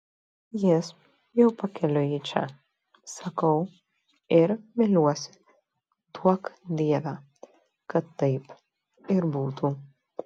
jis jau pakeliui į čia sakau ir viliuosi duok dieve kad taip ir būtų